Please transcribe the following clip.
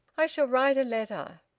i shall write a letter.